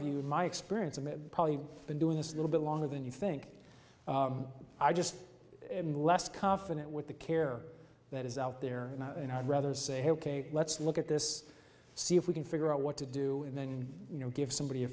view my experience of it probably been doing this a little bit longer than you think i just in less confident with the care that is out there and i'd rather say hey let's look at this see if we can figure out what to do and then you know give somebody a